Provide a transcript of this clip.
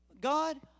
God